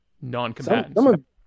non-combatants